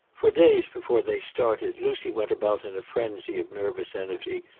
for days before they started lucy went about in a frenzy of nervous energy,